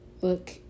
look